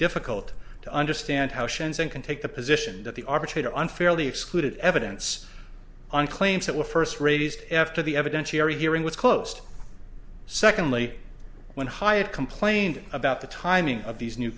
difficult to understand how chanson can take the position that the arbitrator unfairly excluded evidence on claims that were first raised after the evidentiary hearing was closed secondly when hyatt complained about the timing of these new